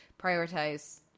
prioritize